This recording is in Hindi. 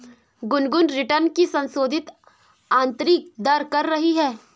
गुनगुन रिटर्न की संशोधित आंतरिक दर कर रही है